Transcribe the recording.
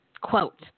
Quote